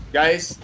guys